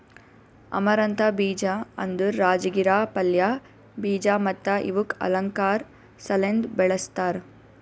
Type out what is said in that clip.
amaranth ಬೀಜ ಅಂದುರ್ ರಾಜಗಿರಾ ಪಲ್ಯ, ಬೀಜ ಮತ್ತ ಇವುಕ್ ಅಲಂಕಾರ್ ಸಲೆಂದ್ ಬೆಳಸ್ತಾರ್